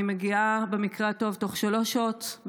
אני מגיעה במקרה הטוב תוך שלוש שעות,